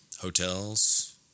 hotels